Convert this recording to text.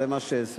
זה מה שסיכמתי: